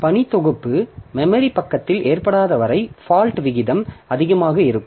பணி தொகுப்பு மெமரி பக்கத்தில் ஏற்றப்படாத வரை ஃபால்ட் விகிதம் அதிகமாக இருக்கும்